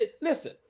listen